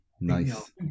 Nice